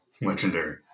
legendary